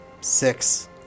Six